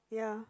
ya